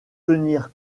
tenir